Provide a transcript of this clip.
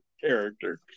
character